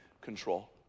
control